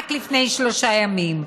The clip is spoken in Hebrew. רק לפני שלושה ימים,